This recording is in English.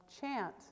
chant